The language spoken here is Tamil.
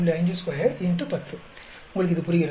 52 X 10 உங்களுக்கு இது புரிகிறதா